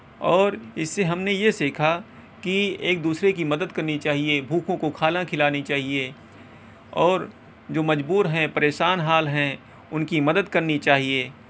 اور اس سے ہم نے یہ سیکھا کہ ایک دوسرے کی مدد کرنی چاہئے بھوکھوں کو کھانا کھلانی چاہئے اور جو مجبور ہیں پریشان حال ہیں ان کی مدد کرنی چاہئے